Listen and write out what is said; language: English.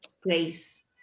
grace